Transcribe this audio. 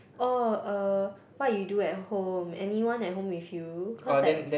oh uh what you do at home anyone at home with you cause like